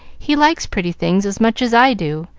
he likes pretty things as much as i do,